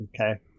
okay